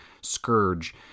Scourge